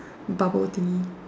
bubble thingy